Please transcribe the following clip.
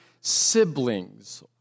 siblings